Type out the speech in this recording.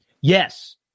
Yes